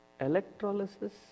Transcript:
Electrolysis